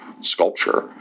sculpture